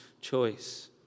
choice